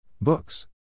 Books